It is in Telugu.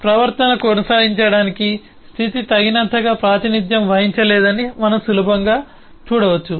కాబట్టి ప్రవర్తనను కొనసాగించడానికి స్థితి తగినంతగా ప్రాతినిధ్యం వహించలేదని మనం సులభంగా చూడవచ్చు